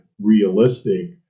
realistic